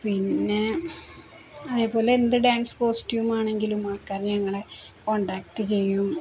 പിന്നെ അതേപോലെ എന്ത് ഡാൻസ് കോസ്റ്റ്യൂമാണെങ്കിലും ആൾക്കാര് ഞങ്ങളെ കോൺടാക്ട് ചെയ്യും